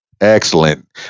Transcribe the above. Excellent